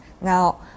Now